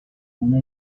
una